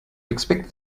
expect